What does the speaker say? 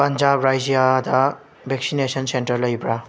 ꯄꯟꯖꯥꯞ ꯔꯥꯏꯖ꯭ꯌꯥꯗ vaccination centre ꯂꯩꯕ꯭ꯔꯥ